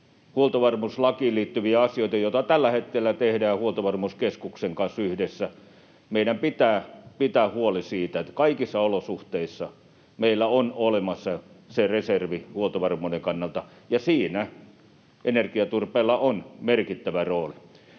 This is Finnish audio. huoltovarmuuslakiin liittyviä asioita, joita tällä hetkellä tehdään Huoltovarmuuskeskuksen kanssa yhdessä. Meidän pitää pitää huoli siitä, että kaikissa olosuhteissa meillä on olemassa se reservi huoltovarmuuden kannalta, ja siinä energiaturpeella on merkittävä rooli.